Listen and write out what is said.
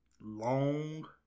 long